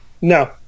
No